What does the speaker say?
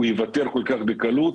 הוא יוותר כל כך בקלות,